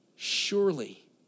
Surely